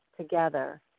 together